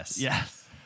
Yes